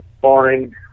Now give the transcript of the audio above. boring